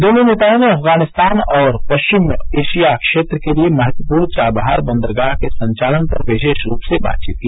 दोनों नेताओं ने अफगानिस्तान और पश्चिम एशिया क्षेत्र के लिए महत्वपूर्ण चाबहार बंदरगाह के संचालन पर विशेष रूप से बातचीत की